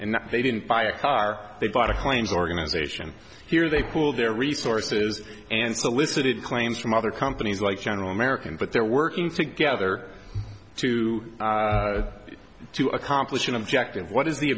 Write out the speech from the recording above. and they didn't buy a car they bought a claims organization here they pooled their resources and solicited claims from other companies like general american but they're working together to to accomplish an objective what is the